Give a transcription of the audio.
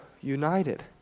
united